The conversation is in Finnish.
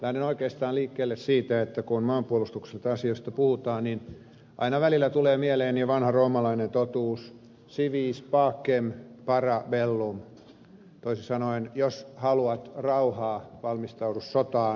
lähden oikeastaan liikkeelle siitä että kun maanpuolustuksellisista asioista puhutaan aina välillä tulee mieleeni vanha roomalainen totuus si vis pacem para bellum toisin sanoen jos haluat rauhaa valmistaudu sotaan